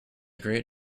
great